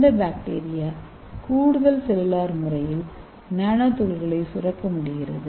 இந்த பாக்டீரியா கூடுதல் செல்லுலார் முறையில் நானோ துகள்களை சுரக்க முடிகிறது